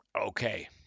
okay